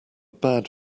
bad